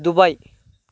Dubai